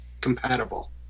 compatible